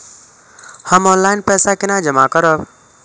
हम ऑनलाइन पैसा केना जमा करब?